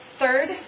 Third